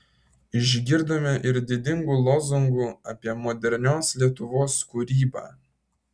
išgirdome ir didingų lozungų apie modernios lietuvos kūrybą